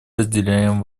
разделяем